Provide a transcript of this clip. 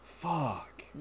Fuck